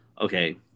Okay